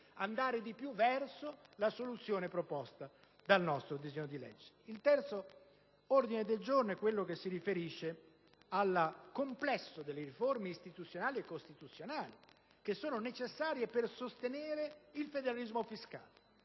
Il terzo ordine al giorno, il G104, si riferisce al complesso delle riforme istituzionali e costituzionali necessarie per sostenere il federalismo fiscale.